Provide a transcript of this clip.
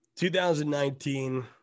2019